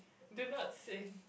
do not sing